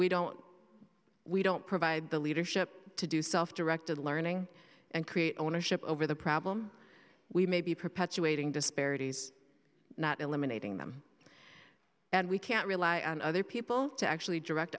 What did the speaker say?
we don't we don't provide the leadership to do self directed learning and create ownership over the problem we may be perpetuating disparities not eliminating them and we can't rely on other people to actually direct